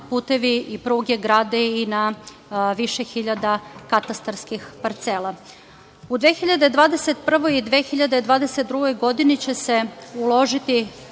putevi i pruge grade i na više hiljada katastarskih parcela.U 2021. i 2022. godini će se u uložiti